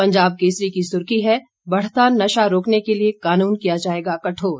पंजाब केसरी की सुर्खी है बढ़ता नशा रोकने के लिए कानून किया जाएगा कठोर